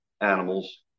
animals